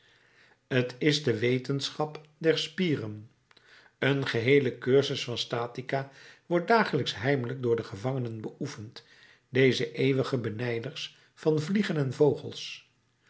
t is de wetenschap der spieren een geheele cursus van statica wordt dagelijks heimelijk door de gevangenen beoefend deze eeuwige benijders van vliegen en vogels